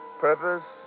Purpose